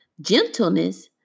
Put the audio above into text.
gentleness